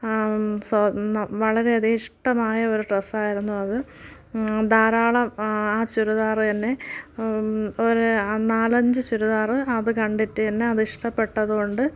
ആ സ്വ ന്ന വളരെയധികം ഇഷ്ടമായ ഒരു ഡ്രെസ്സായിരുന്നു അത് ധാരാളം ആ ചുരിദാർ എന്നെ ഒരു നാലഞ്ച് ചുരിദാർ അത് കണ്ടിട്ടിട്ട് തന്നെ അത് ഇഷ്ടപ്പെട്ടത് കൊണ്ട്